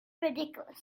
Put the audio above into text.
ridiculous